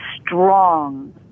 strong